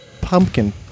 pumpkin